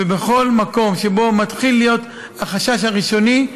בכל מקום שבו מתחיל להיות החשש הראשוני,